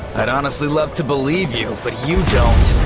i'd honestly love to believe you, but you don't